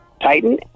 Titan